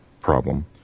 problem